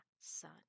son